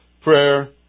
prayer